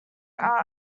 are